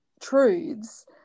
truths